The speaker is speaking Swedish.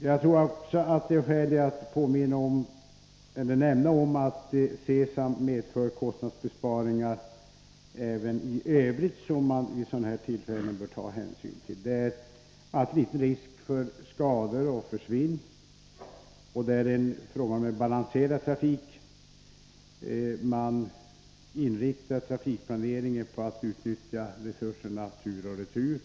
Jag tror också att det finnns skäl att nämna att C-samtekniken medför kostnadsbesparingar även i övrigt, något som man vid sådana här tillfällen bör ta hänsyn till. Det finns risk för skador och svinn. Det är fråga om en balanserad trafik. Man inriktar trafikplaneringen på att utnyttja resurserna tur och retur.